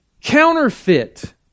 counterfeit